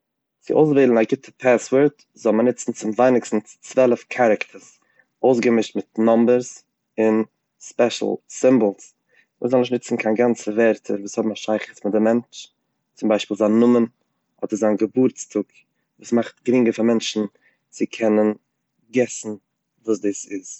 צו אויסוועלן א גוטע פאסווארד זאל מען ניצן צום ווייניגסטנס צוועלף קערעקטארס אויסגעמישט מיט נאמבערס און ספעשל סימבאלס, מ'זאל נישט ניצן קיין גאנצע ווערטער וואס האבן א שייכות מיט די מענטש צום ביישפיל די נאמען אדער זיין געבורטס טאג, ס'מאכט גרינגער פאר מענעטשן צו קענען געסן וואס דאס איז.